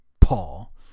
Paul